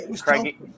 Craigie